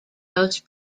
most